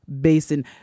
basin